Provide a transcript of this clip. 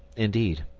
indeed,